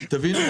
תבינו,